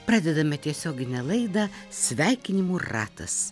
pradedame tiesioginę laidą sveikinimų ratas